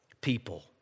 people